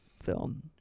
film